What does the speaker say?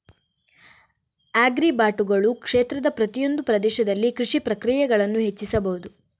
ಆಗ್ರಿಬಾಟುಗಳು ಕ್ಷೇತ್ರದ ಪ್ರತಿಯೊಂದು ಪ್ರದೇಶದಲ್ಲಿ ಕೃಷಿ ಪ್ರಕ್ರಿಯೆಗಳನ್ನು ಹೆಚ್ಚಿಸಬಹುದು